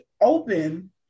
open